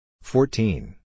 Fourteen